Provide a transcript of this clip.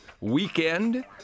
weekend